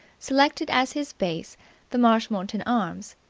selected as his base the marshmoreton arms.